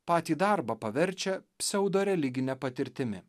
patį darbą paverčia pseudoreligine patirtimi